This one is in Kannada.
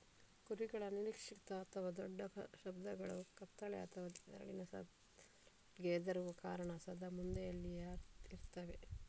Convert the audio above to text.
ಕುರಿಗಳು ಅನಿರೀಕ್ಷಿತ ಅಥವಾ ದೊಡ್ಡ ಶಬ್ದಗಳು, ಕತ್ತಲೆ ಅಥವಾ ನೆರಳಿನ ಸ್ಥಳಗಳಿಗೆ ಹೆದರುವ ಕಾರಣ ಸದಾ ಮಂದೆಯಲ್ಲಿಯೇ ಇರ್ತವೆ